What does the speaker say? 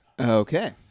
Okay